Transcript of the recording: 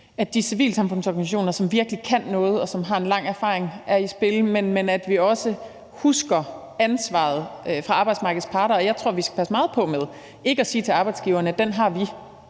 at de civilsamfundsorganisationer, som virkelig kan noget, og som har en lang erfaring, er i spil, men at vi også husker ansvaret hos arbejdsmarkedets parter. Jeg tror, vi skal passe meget på med ikke at sige til arbejdsgiverne: Den har vi;